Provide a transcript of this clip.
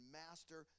master